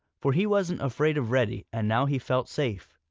for he wasn't afraid of reddy and now he felt safe.